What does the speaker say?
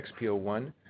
XPO1